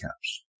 caps